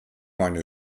meine